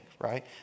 right